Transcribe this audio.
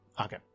okay